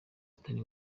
atari